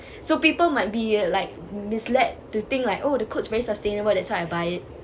so people might be like misled to think like oh the clothes's very sustainable that's why I buy it